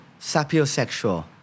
sapiosexual